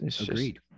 Agreed